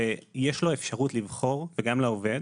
שיש לו אפשרות לבחור וגם לעובד